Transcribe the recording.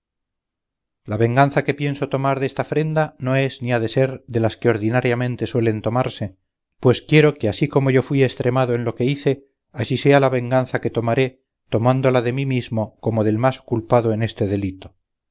la venganza que pienso tomar desta afrenta no es ni ha de ser de las que ordinariamente suelen tomarse pues quiero que así como yo fui estremado en lo que hice así sea la venganza que tomaré tomándola de mí mismo como del más culpado en este delito